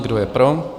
Kdo je pro?